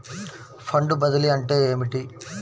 Fund బదిలీ అంటే ఏమిటి?